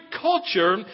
culture